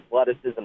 athleticism